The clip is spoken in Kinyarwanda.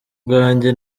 bwanjye